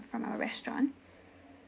from our restaurant